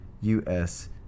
U-S